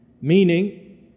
Meaning